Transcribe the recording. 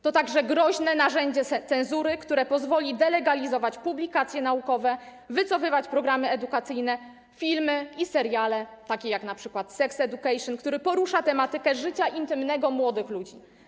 To także groźne narzędzie cenzury, które pozwoli delegalizować publikacje naukowe, wycofywać programy edukacyjne, filmy i seriale, takie jak np. „Sex Education”, który porusza tematykę życia intymnego młodych ludzi.